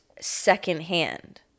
secondhand